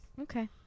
Okay